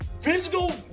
physical